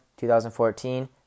2014